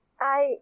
I-